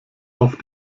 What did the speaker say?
auf